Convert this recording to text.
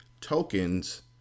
tokens